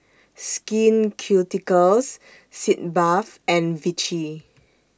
Skin Ceuticals Sitz Bath and Vichy